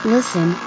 Listen